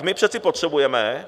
My přece potřebujeme...